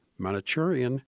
Manachurian